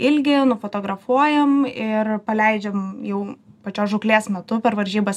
ilgį nufotografuojam ir paleidžiam jau pačios žūklės metu per varžybas